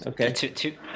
Okay